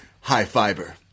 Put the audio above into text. high-fiber